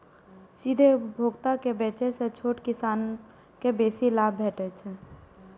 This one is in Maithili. सीधे उपभोक्ता के बेचय सं छोट किसान कें बेसी लाभ भेटै छै